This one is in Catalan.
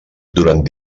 durant